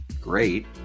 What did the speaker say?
great